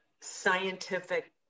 scientific